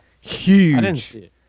Huge